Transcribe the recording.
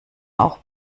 auch